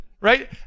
right